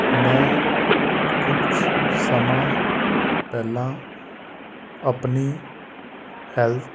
ਮੈਂ ਕੁਛ ਸਮਾਂ ਪਹਿਲਾਂ ਆਪਣੀ ਹੈਲਥ